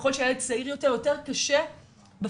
ככל שהעד צעיר יותר, יותר קשה בפועל,